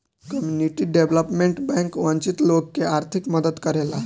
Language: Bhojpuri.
कम्युनिटी डेवलपमेंट बैंक वंचित लोग के आर्थिक मदद करेला